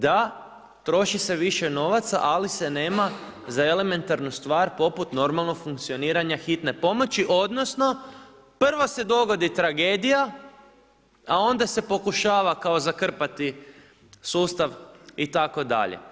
Da, troši se više novaca ali se nema za elementarnu stvar poput normalnog funkcioniranja hitne pomoći odnosno prvo se dogodi tragedija a onda se pokušava kao zakrpati sustav itd.